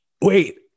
Wait